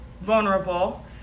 vulnerable